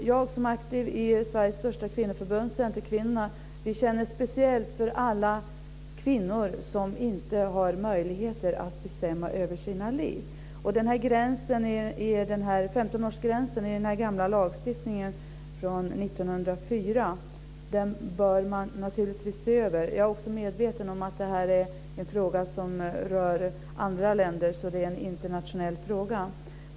Jag är aktiv i Sveriges största kvinnoförbund, Centerkvinnorna, och vi känner speciellt för alla kvinnor som inte har möjligheter att bestämma över sina liv. Den här 15-årsgränsen i den gamla lagstiftningen från 1904 bör man naturligtvis se över. Jag är också medveten om att det här är en fråga som rör andra länder. Det är en internationell fråga.